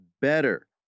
better